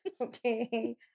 okay